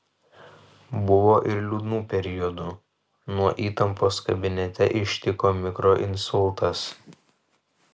buvo ir liūdnų periodų nuo įtampos kabinete ištiko mikroinsultas